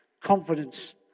Confidence